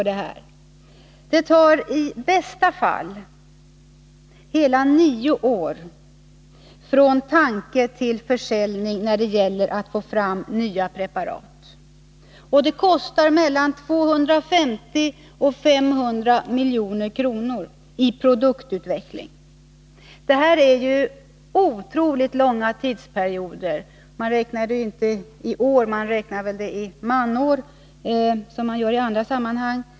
Det tar i bästa fall hela nio år från tanke till försäljning när det gäller att få fram nya preparat, och det kostar mellan 250 och 500 milj.kr. i produktutveckling. Detta är ju otroligt långa tidsperioder. Man räknar egentligen inte i år, man räknar väl i mansår, som i vissa andra sammanhang.